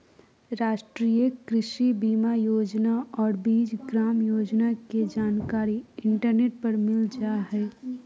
राष्ट्रीय कृषि बीमा योजना और बीज ग्राम योजना के जानकारी इंटरनेट पर मिल जा हइ